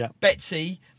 Betsy